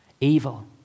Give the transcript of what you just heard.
evil